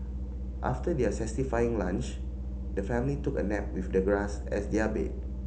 after their satisfying lunch the family took a nap with the grass as their bed